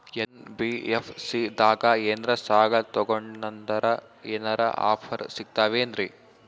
NBFC ದಾಗ ಏನ್ರ ಸಾಲ ತೊಗೊಂಡ್ನಂದರ ಏನರ ಆಫರ್ ಸಿಗ್ತಾವೇನ್ರಿ?